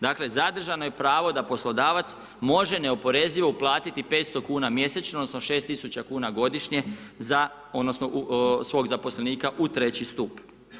Dakle, zadržano je pravo da poslodavac može neoporezivo uplatiti 500 kuna mjesečno, odnosno 6 tisuća kuna godišnje za, odnosno svog zaposlenika u 3. stup.